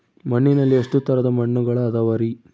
ಮಣ್ಣಿನಲ್ಲಿ ಎಷ್ಟು ತರದ ಮಣ್ಣುಗಳ ಅದವರಿ?